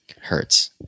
Hurts